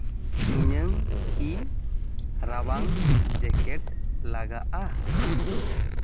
ᱤᱧᱟᱹᱜ ᱠᱤ ᱨᱟᱵᱟᱝ ᱡᱮᱠᱮᱴ ᱞᱟᱜᱟᱜᱼᱟ